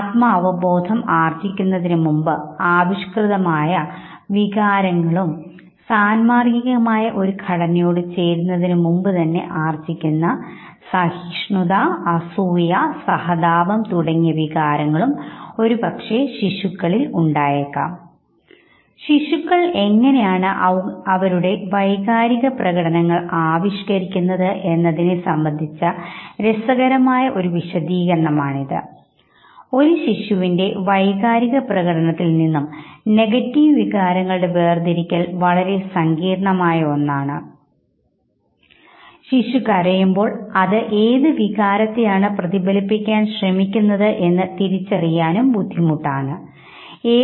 ആത്മാവബോധം ആർജിക്കുന്നതിനുമുൻപ് ആവിഷ്കൃതമാകുന്ന വികാരങ്ങളും സാന്മാർഗികം ആയ ഒരു ഘടനയോട് ചേരുന്നതിനു മുമ്പുതന്നെ ആർജിക്കുന്ന സഹിഷ്ണുത അസൂയ സഹതാപം തുടങ്ങിയ വികാരങ്ങളും ഒരുപക്ഷേ ശിശുക്കളിൽ ഉണ്ടായേക്കാം ശിശുക്കൾ എങ്ങനെയാണ് അവരുടെ വൈകാരിക പ്രകടനങ്ങൾ ആവിഷ്കരിക്കുന്നത് എന്നതിനെ സംബന്ധിച്ച രസകരമായ ഒരു വിശദീകരണം ആണിത് ഒരു ശിശുവിൻറെ വൈകാരിക പ്രകടനത്തിൽ നിന്നും നെഗറ്റീവ് വികാരങ്ങളുടെ വേർതിരിക്കൽ വളരെ സങ്കീർണമായ ഒന്നാണ് ഒരു ശിശു കരയുമ്പോൾ അത് ഏത് വികാരത്തെയാണ് പ്രതിഫലിപ്പിക്കാൻ ശ്രമിക്കുന്നത് എന്ന് തിരിച്ചറിയുന്നത് ബുദ്ധിമുട്ടുള്ള കാര്യമാണ്